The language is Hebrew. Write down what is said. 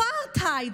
אפרטהייד.